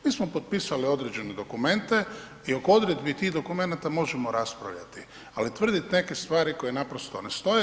Mi smo potpisali određene dokumente i oko odredbi tih dokumenata možemo raspravljati, ali tvrdit neke stvari koje naprosto ne stoje.